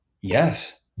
yes